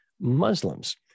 Muslims